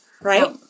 Right